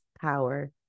power